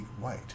white